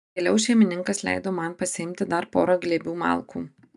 vėliau šeimininkas leido man pasiimti dar porą glėbių malkų